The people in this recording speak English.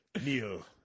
Neil